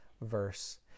verse